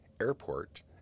Airport